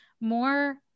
more